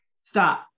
stop